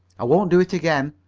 i won't do it again,